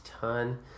ton